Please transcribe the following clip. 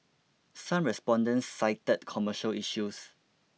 some respondents cited commercial issues